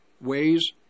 ways